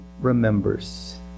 remembers